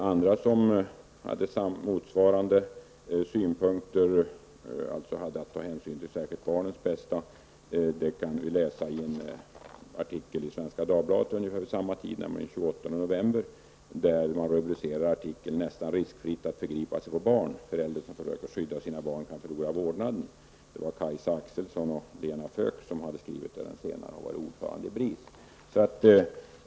Andra motsvarande synpunkter på att man skulle ta hänsyn till barnens bästa kan vi läsa i en artikel i Svenska Dagbladet den 28 november 1990, där man har rubricerat artikeln: ''Nästan riskfritt förgripa sig på barn. Föräldrar som försöker skydda sina barn kan förlora vårdnaden''. Det är Kaisu Akselsdotter och Lena Feuk som har skrivit artikeln, den senare är ordföranden i BRIS.